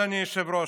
אדוני היושב-ראש,